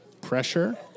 pressure